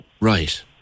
Right